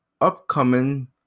upcoming